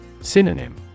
Synonym